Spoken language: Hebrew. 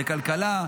לכלכלה,